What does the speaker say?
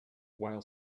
while